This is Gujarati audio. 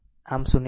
આમ 0